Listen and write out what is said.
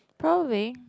probably